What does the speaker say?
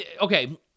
okay